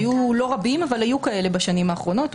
היו לא רבים אבל היו כאלה בשנים האחרונות.